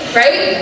right